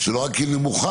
לא רק שהיא נמוכה,